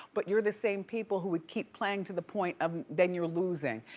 but you're the same people who would keep playing to the point of then you're losing.